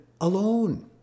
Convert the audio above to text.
alone